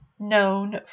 known